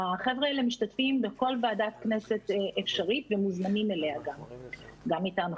החבר'ה האלה משתתפים בכל ועדת כנסת אפשרית ומוזמנים אליה גם מטעמכם.